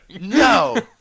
No